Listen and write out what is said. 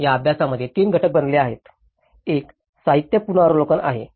या अभ्यासामध्ये 3 घटक बनलेले आहेत एक साहित्य पुनरावलोकन आहे